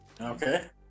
Okay